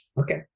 Okay